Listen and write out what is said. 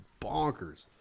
bonkers